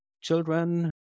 children